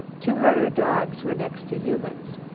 to her dogs were next to humans.